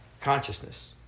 consciousness